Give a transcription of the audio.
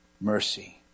Mercy